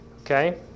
okay